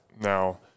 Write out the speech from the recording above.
now